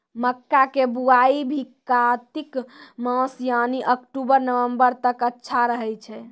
मक्का के बुआई भी कातिक मास यानी अक्टूबर नवंबर तक अच्छा रहय छै